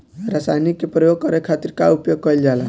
रसायनिक के प्रयोग करे खातिर का उपयोग कईल जाला?